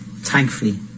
Thankfully